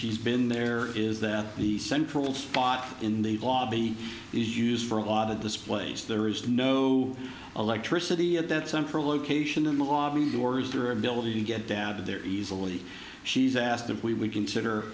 she's been there is that the central spot in the lobby is used for a lot of displays there is no electricity at that central location in the lobby doors or ability to get dad there easily she's asked if we would consider